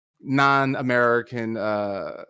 non-American